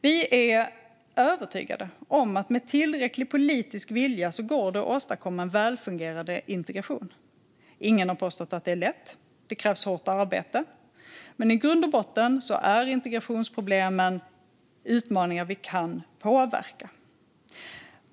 Vi är övertygade om att med tillräcklig politisk vilja går det att åstadkomma en välfungerande integration. Ingen har påstått att det är lätt, och det krävs hårt arbete. Men i grund och botten är integrationsproblemen utmaningar vi kan påverka.